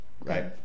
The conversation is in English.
right